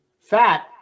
fat